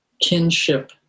kinship